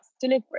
delivery